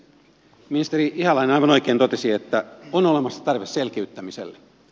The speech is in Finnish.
ministeri ihalainen aivan oikein totesi että on olemassa tarve selkiyttämiselle